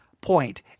point